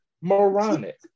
moronic